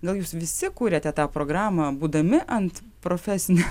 gal jūs visi kūrėte tą programą būdami ant profesinio